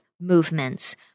movements